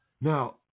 Now